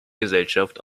gesellschaft